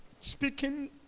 speaking